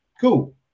cool